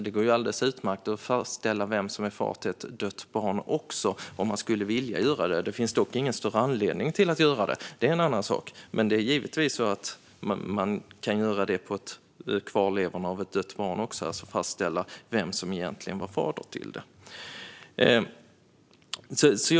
Det går alldeles utmärkt att fastställa vem som är far till ett dött barn också, om man skulle vilja göra det. Det finns dock ingen större anledning att göra det; det är en annan sak. Men man kan givetvis göra det på kvarlevorna av ett dött barn också, alltså fastställa vem som egentligen var far till barnet.